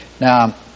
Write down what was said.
Now